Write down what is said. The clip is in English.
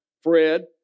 Fred